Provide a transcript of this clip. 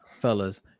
fellas